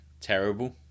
terrible